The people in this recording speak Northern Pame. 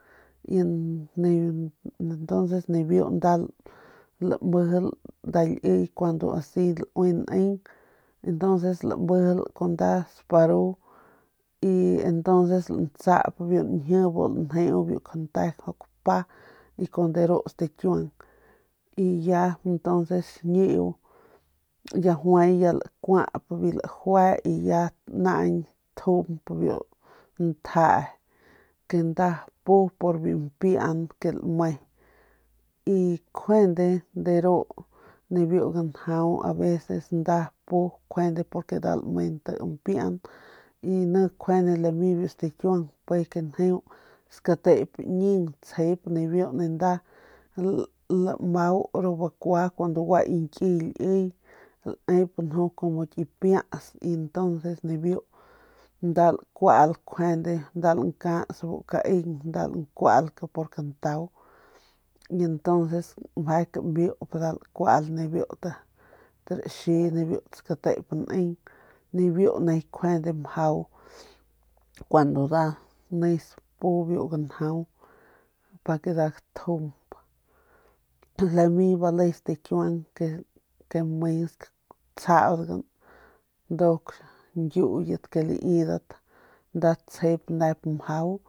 Y entonces nda lamijil nda liy asi neng y entonces lamijil kun nda sparu y entonces lamijil y lantsap biu nji biu kante bu lanjeu mjau kapa y kun de ru stakiuang y ya entonces biu guaxñiu ya juay lakuap biu lajue y ya naañ tjump biu ntjee ke nda pu pur biu mpian ke lame y kjuende de ru kjuende nibiu ganjau aveces nda pu kun nda lame nti mpian y ni kjuande lami stikiuang ke tsjep skatep ñing tsjep nda lamau ru bakua kun gua ki ñkiy liy aep kjuande ki piats y entonces le biu laep nda lakual nda por kaemp nda por kantau y entonces meje kamiup nda lakuap ru kit raxi de skatep neng nibiu nijiy kjuande mjau kun nda nes pu biu ganjau lami bale stikiuang ke mensk datsjaugan nduk ñkiuyet ke tsjebat nep mjau.